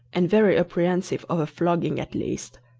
and very apprehensive of a flogging at least.